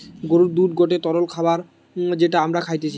গরুর দুধ গটে তরল খাবার যেটা আমরা খাইতিছে